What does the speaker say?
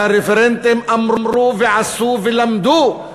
והרפרנטים אמרו ועשו ולמדו,